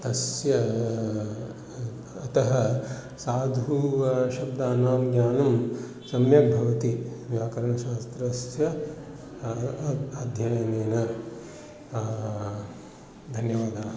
तस्य अतः साधुशब्दानां ज्ञानं सम्यग्भवति व्याकरणशास्त्रस्य अध्ययनेन धन्यवादाः